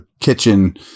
kitchen